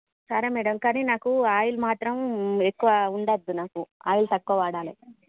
సరే మేడం కానీ నాకు ఆయిల్ మాత్రం ఎక్కువ ఉండొద్దు నాకు ఆయిల్ తక్కువ వాడాలి